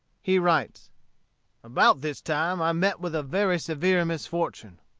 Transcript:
he writes about this time i met with a very severe misfortune,